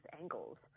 angles